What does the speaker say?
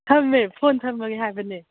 ꯊꯝꯃꯦ ꯐꯣꯟ ꯊꯝꯃꯒꯦ ꯍꯥꯏꯕꯅꯦ